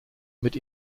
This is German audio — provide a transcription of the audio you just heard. mit